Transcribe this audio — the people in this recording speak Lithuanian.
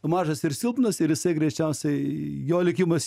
mažas ir silpnas ir jisai greičiausiai jo likimas